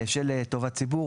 בשל טובת ציבור,